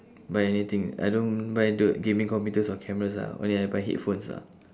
buy anything I don't buy the gaming computers or cameras ah only I buy headphones ah